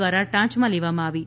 દ્વારા ટાંચમાં લેવામાં આવી હતી